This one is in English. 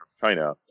China